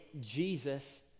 Jesus